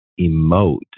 emote